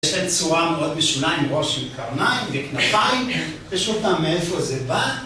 יש להם צורה מאוד משונה עם ראש ועם קרניים וכנפיים ושוב פעם מאיפה זה בא